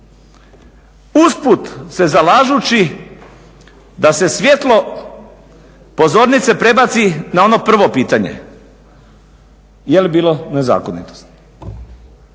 usput se zalažući da se svjetlo pozornice prebaci na ono prvo pitanje, je li bilo nezakonitosti.